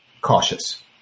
cautious